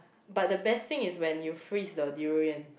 but the best thing is when you freeze the durian